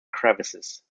crevices